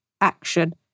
action